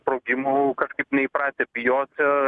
sprogimų kažkaip neįpratę bijoti